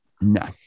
No